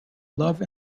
love